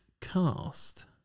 cast